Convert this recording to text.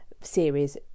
series